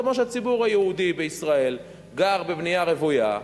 כמו שהציבור היהודי בישראל גר בבנייה רוויה,